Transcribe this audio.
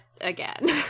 again